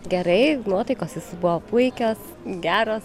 gerai nuotaikos visos buvo puikios geros